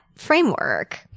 Framework